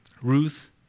Ruth